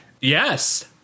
Yes